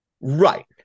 Right